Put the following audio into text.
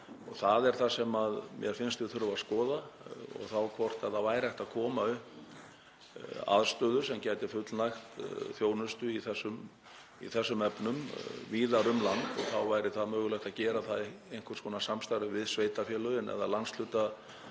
Það er það sem mér finnst við þurfa að skoða, hvort hægt væri að koma upp aðstöðu sem gæti fullnægt þjónustu í þessum efnum víðar um land. Þá væri mögulegt að gera það í einhvers konar samstarfi við sveitarfélögin eða landshlutana